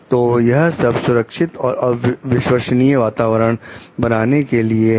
तो यह सब सुरक्षित और विश्वसनीय वातावरण बनाने के लिए है